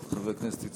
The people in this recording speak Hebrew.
חבר הכנסת עוזי דיין,